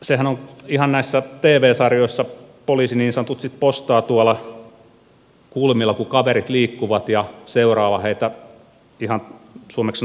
sehän on ihan näissä tv sarjoissa niin että poliisi niin sanotusti postaa tuolla kulmilla kun kaverit liikkuvat ja seuraa heitä ihan suomeksi sanottuna melkein tappituntumalla